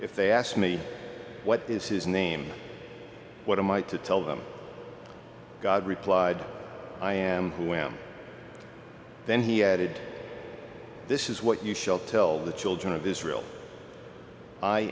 if they ask me what is his name what am i to tell them god replied i am who i am then he added this is what you shall tell the children of israel i